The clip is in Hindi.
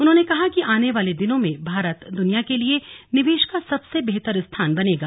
उन्होंने कहा कि आने वाले दिनों में भारत दुनिया के लिए निवेश का सबसे बेहतर स्थान बनेगा